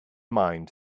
mind